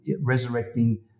resurrecting